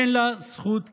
אין לה זכות קיום.